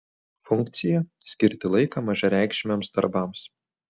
funkcija skirti laiką mažareikšmiams darbams